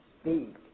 speak